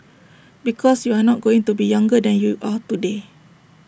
because you are not going to be younger than you are today